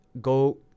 go